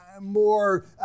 more